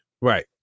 Right